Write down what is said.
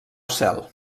cel